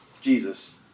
Jesus